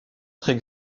très